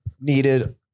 needed